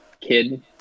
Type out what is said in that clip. kid